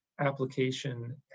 application